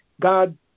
God